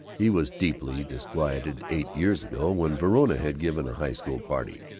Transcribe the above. he was deeply disquieted. eight years ago, when verona had given a high-school party,